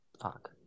fuck